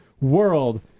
world